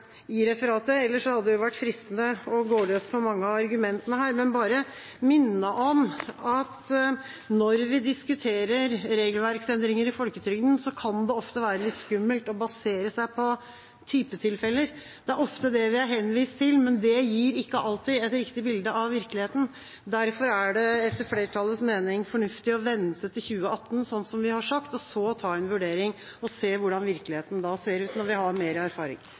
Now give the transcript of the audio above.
i referatet. Ellers hadde det vært fristende å gå løs på mange av argumentene her, men jeg vil bare minne om at når vi diskuterer regelverksendringer i folketrygden, kan det ofte være litt skummelt å basere seg på typetilfeller. Det er ofte det vi er henvist til, men det gir ikke alltid et riktig bilde av virkeligheten. Derfor er det etter flertallets mening fornuftig å vente til 2018, sånn som vi har sagt, og så gjøre en vurdering og se hvordan virkeligheten da ser ut, når vi har mer erfaring.